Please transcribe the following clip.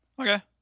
Okay